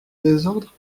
désordre